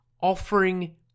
offering